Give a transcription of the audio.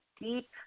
deep